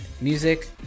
music